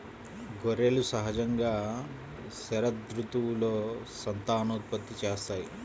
గొర్రెలు సహజంగా శరదృతువులో సంతానోత్పత్తి చేస్తాయి